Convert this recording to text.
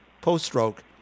post-stroke